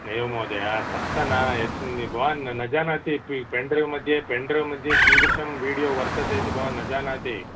नैव महोदय सप्त न भवान् न जानाति पि पेण्ड्रैव् मध्ये पेण्ड्रैव् मध्ये कीदृशं वीडियो वर्तते इति भवान् न जानाति